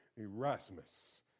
Erasmus